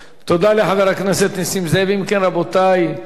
אם כן, רבותי, נסתיימה רשימת הדוברים.